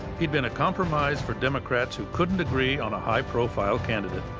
he'd been a compromise for democrats, who couldn't agree on a high-profile candidate.